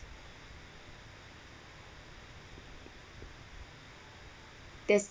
that's